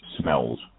smells